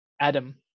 Adam